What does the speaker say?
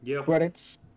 credits